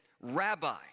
Rabbi